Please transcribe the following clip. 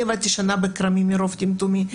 אני עבדתי שנה בכרמים מרוב טמטומי,